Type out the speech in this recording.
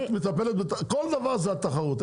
כל הדבר זה התחרות.